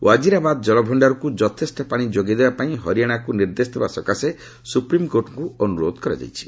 ୱାଜିରାବାଦ ଜଳଭଣ୍ଡାରକୁ ଯଥେଷ୍ଟ ପାଣି ଯୋଗାଇଦେବାପାଇଁ ହରିୟାଣାକୁ ନିର୍ଦ୍ଦେଶ ଦେବା ସକାଶେ ସୁପ୍ରିମ୍କୋର୍ଟଙ୍କୁ ଅନୁରୋଧ କରାଯାଇଛି